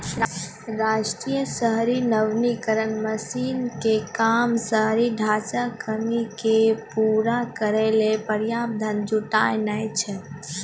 राष्ट्रीय शहरी नवीकरण मिशन के काम शहरी ढांचागत कमी के पूरा करै लेली पर्याप्त धन जुटानाय छै